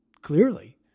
clearly